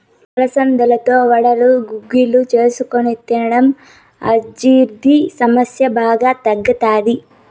అలసందలతో వడలు, గుగ్గిళ్ళు చేసుకొని తింటారు, అజీర్తి సమస్య బాగా తగ్గుతాది